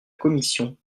commission